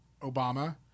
Obama